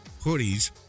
hoodies